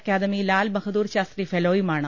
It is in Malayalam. അക്കാദമി ലാൽബഹദൂർ ശാസ്ത്രി ഫെലോയുമാണ്